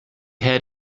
had